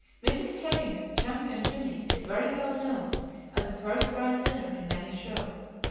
mrs. herring's champion jimmy is very well known as a first prize-winner in many shows.